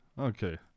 Okay